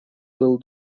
был